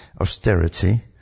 austerity